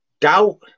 doubt